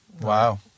Wow